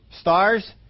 Stars